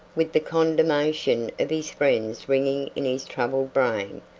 with the condemnation of his friends ringing in his troubled brain,